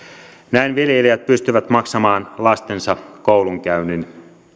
näin viljelijät pystyvät maksamaan lastensa koulunkäynnin